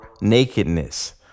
nakedness